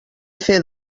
fer